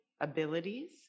abilities